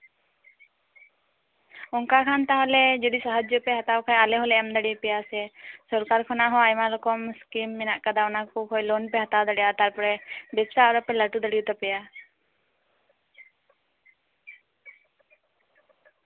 ᱚᱱᱠᱟ ᱠᱷᱟᱱ ᱛᱟᱞᱮ ᱡᱩᱫᱤ ᱥᱟᱦᱟᱡᱡᱚ ᱯᱮ ᱦᱟᱛᱟᱣ ᱠᱷᱟᱱ ᱟᱞᱮ ᱦᱚᱸᱞᱮ ᱮᱢ ᱫᱟᱲᱮᱣᱟᱯᱮᱭᱟ ᱥᱚᱨᱠᱟᱨ ᱠᱷᱚᱱᱟᱜ ᱦᱚᱸ ᱟᱭᱢᱟ ᱨᱚᱠᱚᱢ ᱥᱠᱤᱢ ᱢᱮᱱᱟᱜ ᱠᱟᱫᱟ ᱚᱱᱟᱠᱚ ᱠᱷᱚᱱ ᱞᱳᱱ ᱯᱮ ᱦᱟᱛᱟᱣ ᱫᱟᱲᱮᱣᱟᱜᱼᱟ ᱛᱟᱨᱯᱚᱨᱮ ᱵᱮᱵᱥᱟ ᱟᱨᱚᱯᱮ ᱞᱟᱹᱴᱩ ᱫᱟᱲᱮᱣᱟᱛᱟᱯᱮᱭᱟ